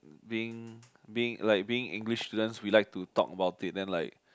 being being like being English means we like to talk about it then like